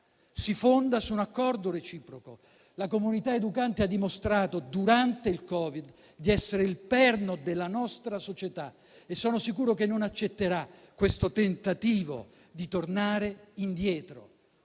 si fonda su un accordo reciproco. La comunità educante ha dimostrato durante il Covid di essere il perno della nostra società e sono sicuro che non accetterà questo tentativo di tornare indietro,